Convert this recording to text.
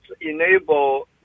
enable